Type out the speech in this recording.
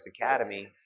Academy